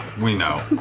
we know.